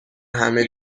همه